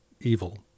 evil